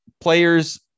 players